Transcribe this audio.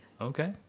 Okay